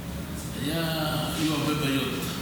את יודעת שבטבריה היו הרבה בעיות,